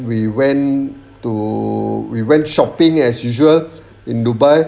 we went to we went shopping as usual in dubai